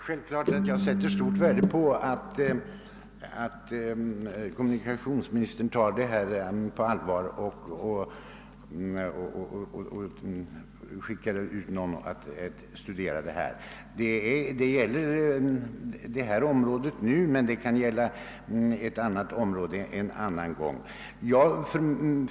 Herr talman! Sjävfallet sätter jag stort värde på att kommunikationsministern tar detta på allvar och skickar ut någon att studera saken. Det gäller detta område nu men det kan gälla ett annat område en annan gång.